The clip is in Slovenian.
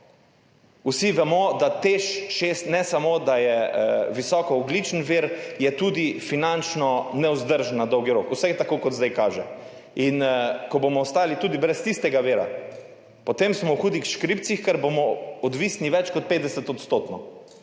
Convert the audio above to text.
Vsi vemo, da je Teš 6 ne samo visoko ogljični vir, je tudi finančno nevzdržen na dolgi rok, vsaj tako zdaj kaže. Ko bomo ostali tudi brez tistega vira, potem smo v hudih škripcih, ker bomo odvisni, več kot 50-odstotno.